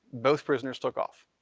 both prisoners took off.